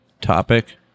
topic